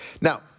Now